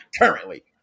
currently